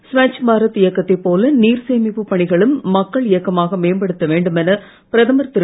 ஸ்வச் பாரத் இயக்கத்தைப் போல நீர் சேமிப்பு பணிகளையும் மக்கள் இயக்கமாக மேம்படுத்த வேண்டுமென பிரதமர் திரு